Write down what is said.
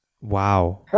Wow